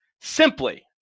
simply